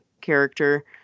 character